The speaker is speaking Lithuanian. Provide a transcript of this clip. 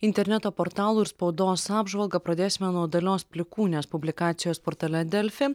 interneto portalų ir spaudos apžvalgą pradėsime nuo dalios plikūnės publikacijos portale delfi